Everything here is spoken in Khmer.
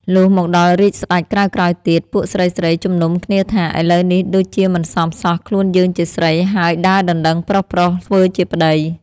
លុះមកដល់រាជ្យសេ្តច ក្រោយៗទៀត ពួកស្រីៗជំនុំគ្នាថា «ឥឡូវនេះដូចជាមិនសមសោះ ខ្លួនយើងជាស្រីហើយដើរដណ្តឹងប្រុសៗ ធ្វើជាប្តី